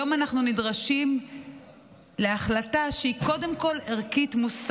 היום אנחנו נדרשים להחלטה שהיא קודם כל ערכית-מוסרית.